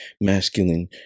masculine